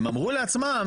הם אמרו לעצמם,